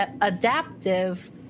adaptive